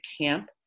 camp